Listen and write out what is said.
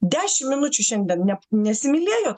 dešim minučių šiandien ne nesimylėjot